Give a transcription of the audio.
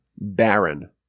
barren